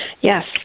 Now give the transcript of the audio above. yes